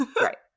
Right